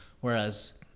Whereas